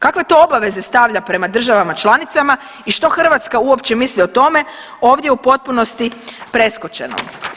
Kakve to obaveze stavlja prema državama članicama i što Hrvatska uopće misli o tome, ovdje je u potpunosti preskočeno.